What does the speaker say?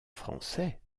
français